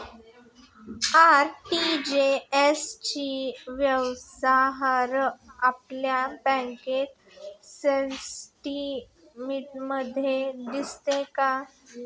RTGS चे व्यवहार आपल्या बँक स्टेटमेंटमध्ये दिसतात का?